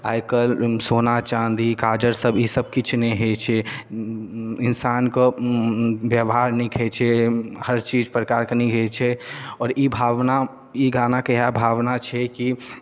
आइ कल्हि सोना चाँदी काजर सभ ई सभ किछु नहि होइ छै इन्सान के व्यवहार नीक होइ छै हर चीज प्रकार के नहि होइ छै आओर ई भावना ई गाना के इहे भावना छै कि